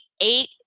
eight